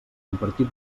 compartir